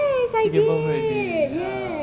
she give birth already ya